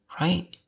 Right